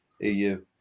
eu